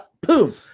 boom